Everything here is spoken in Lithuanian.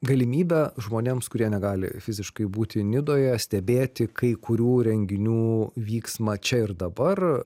galimybę žmonėms kurie negali fiziškai būti nidoje stebėti kai kurių renginių vyksmą čia ir dabar